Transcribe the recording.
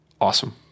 awesome